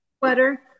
sweater